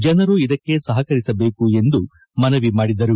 ಜನರು ಇದಕ್ಕೆ ಸಹಕರಿಸಬೇಕು ಎಂದು ಮನವಿ ಮಾಡಿದರು